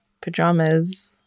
pajamas